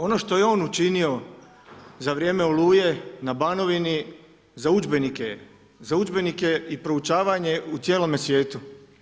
Ono što je on učinio za vrijeme Oluje na Banovini za udžbenike, za udžbenike i proučavanje u cijelome svijetu.